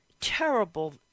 terrible